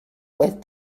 with